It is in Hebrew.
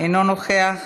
אינו נוכח,